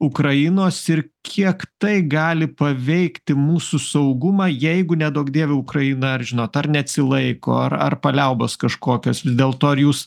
ukrainos ir kiek tai gali paveikti mūsų saugumą jeigu neduok dieve ukraina ar žinot ar neatsilaiko ar ar paliaubos kažkokios dėl to ar jūs